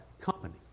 company